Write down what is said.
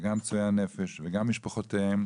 וגם פצועי הנפש, וגם משפחותיהם,